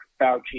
Fauci